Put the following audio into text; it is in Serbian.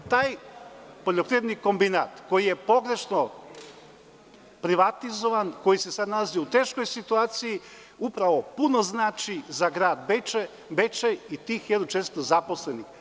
Taj poljoprivredni kombinat koji je pogrešno privatizovan, koji se sad nalazi u teškoj situaciji, upravo puno znači za grad Bečej i tih 1.400 zaposlenih.